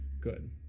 good